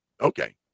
Okay